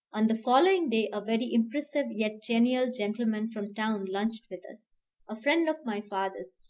on the following day a very impressive yet genial gentleman from town lunched with us a friend of my father's,